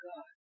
God